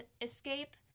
escape